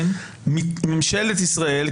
ממשלת ישראל,